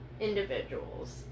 individuals